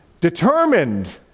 determined